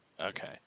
Okay